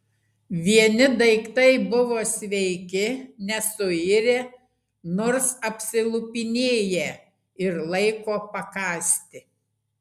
vieni daiktai buvo sveiki nesuirę nors apsilupinėję ir laiko pakąsti